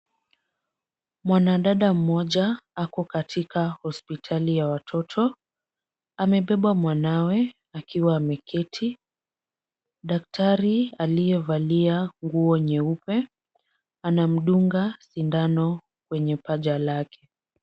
Mwanadada mmoja Ako katika hospitali ya watoto amebeba mwanawe akiwa ameketi. Daktari aliyevalia nguo nyeupe anamdunga sindano kwenye paja lake.